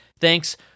thanks